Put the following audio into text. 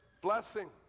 blessing